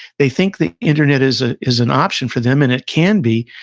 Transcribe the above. they think the internet is ah is an option for them, and it can be.